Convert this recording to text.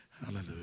Hallelujah